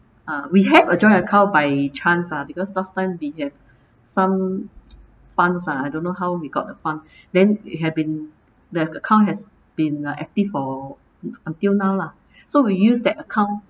uh we have a joint account by chance ah because last time we have some funds ah I don't know how we got the fund then it had been the account has been active for until now lah so we use that account